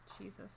Jesus